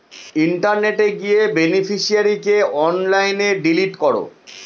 ইন্টারনেটে গিয়ে বেনিফিশিয়ারিকে অনলাইনে ডিলিট করো